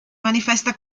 manifesta